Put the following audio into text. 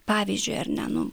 pavyzdžiui ar ne nu